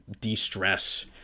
de-stress